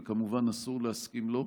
וכמובן אסור להסכים לו.